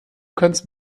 kannst